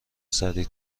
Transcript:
سریع